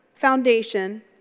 foundation